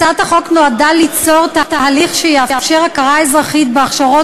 הצעת החוק נועדה ליצור תהליך שיאפשר הכרה אזרחית בהכשרות